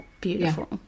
Beautiful